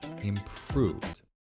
improved